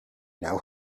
know